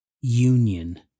union